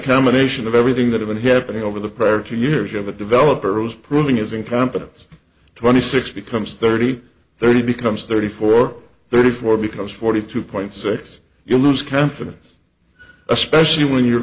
combination of everything that had been happening over the prior two years of a developer was proving his incompetence twenty six becomes thirty thirty becomes thirty four thirty four becomes forty two point six you lose confidence especially when you're